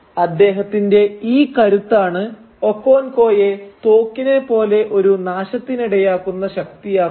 അദ്ദേഹത്തിന്റെ ഈ കരുത്താണ് ഒക്കോൻകോയെ തോക്കിനെ പോലെ ഒരു നാശത്തിനിടയാക്കുന്ന ശക്തിയാക്കുന്നത്